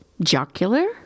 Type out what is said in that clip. Jocular